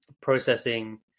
processing